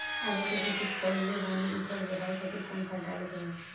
आलू के खेती कइले बानी उपज बढ़ावे खातिर कवन खाद डाले के होई?